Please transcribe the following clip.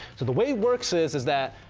so the way it works is is that,